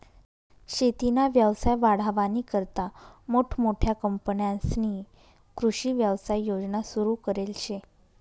शेतीना व्यवसाय वाढावानीकरता मोठमोठ्या कंपन्यांस्नी कृषी व्यवसाय योजना सुरु करेल शे